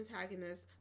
antagonist